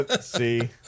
See